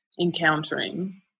encountering